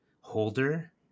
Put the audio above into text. holder